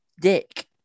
Dick